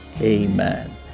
Amen